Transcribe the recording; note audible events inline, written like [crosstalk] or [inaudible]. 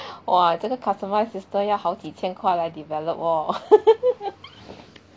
哇这个 customise system 要好千块来 develop or [laughs]